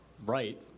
Right